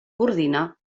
coordina